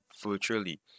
virtually